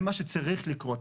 זה מה שצריך לקרות.